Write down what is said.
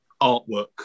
artwork